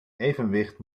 evenwicht